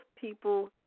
people